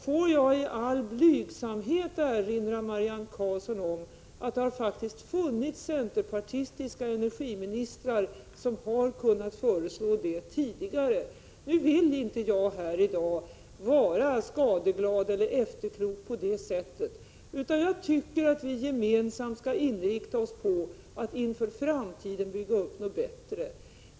Får jag i all blygsamhet erinra Marianne Karlsson om att det faktiskt funnits centerpartistiska energiministrar, som hade kunnat föreslå detta tidigare. Nu vill inte jag vara skadeglad eller efterklok, utan jag tycker att vi gemensamt skall inrikta oss på att för framtiden bygga upp någonting bättre.